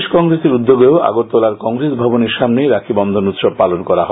প্রদেশ কংগ্রেসের উদ্যোগেও আগরতলার কংগ্রেস ভবনের সামনে রাখী বন্ধন উৎসব পালন করা হয়